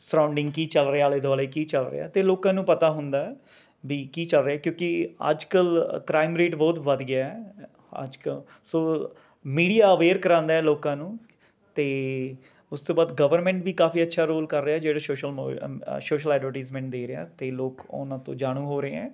surrounding ਕੀ ਚੱਲ ਰਿਹਾ ਆਲੇ ਦੁਆਲੇ ਕੀ ਚੱਲ ਰਿਹਾ ਅਤੇ ਲੋਕਾਂ ਨੂੰ ਪਤਾ ਹੁੰਦਾ ਹੈ ਵੀ ਕੀ ਚੱਲ ਰਿਹਾ ਕਿਉਂਕਿ ਅੱਜ ਕੱਲ੍ਹ ਕ੍ਰਾਈਮ ਰੇਟ ਬਹੁਤ ਵੱਧ ਗਿਆ ਹੈ ਅੱਜ ਕੱਲ੍ਹ ਸੋ ਮੀਡੀਆ ਅਵੇਅਰ ਕਰਾਉਂਦਾ ਹੈ ਲੋਕਾਂ ਨੂੰ ਅਤੇ ਉਸ ਤੋਂ ਬਾਅਦ ਗਵਰਮੈਂਟ ਵੀ ਕਾਫੀ ਅੱਛਾ ਰੋਲ ਕਰ ਰਿਹਾ ਜਿਹੜੇ ਸੋਸ਼ਲ ਮਵ ਸੋਸ਼ਲ ਐਡਵਰਟੀਸਮੈਂਟ ਦੇ ਰਿਹਾ ਅਤੇ ਲੋਕ ਉਨ੍ਹਾਂ ਤੋਂ ਜਾਣੂ ਹੋ ਰਹੇ ਹੈ